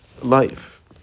life